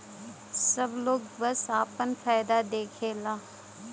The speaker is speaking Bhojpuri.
सब लोग बस आपन फायदा देखला